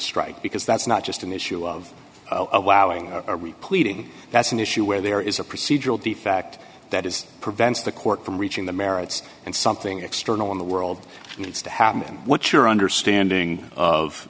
strike because that's not just an issue of allowing a replete in that's an issue where there is a procedural defect that is prevents the court from reaching the merits and something external in the world needs to happen what's your understanding